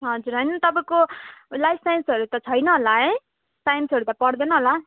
हजुर होइन तपाईँको लाइफ साइन्सहरू त छैन होला है साइन्सहरू त पर्दैन होला